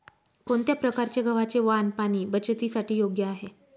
कोणत्या प्रकारचे गव्हाचे वाण पाणी बचतीसाठी योग्य आहे?